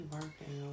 working